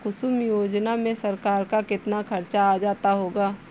कुसुम योजना में सरकार का कितना खर्चा आ जाता होगा